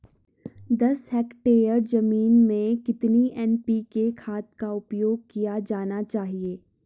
दस हेक्टेयर जमीन में कितनी एन.पी.के खाद का उपयोग किया जाना चाहिए?